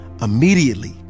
immediately